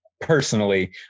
personally